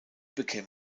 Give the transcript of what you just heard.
became